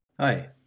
Hi